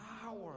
power